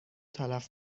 تلف